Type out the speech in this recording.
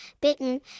bitten